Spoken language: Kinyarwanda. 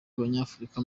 abanyafurika